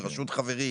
בראשות חברי,